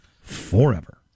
forever